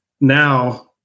now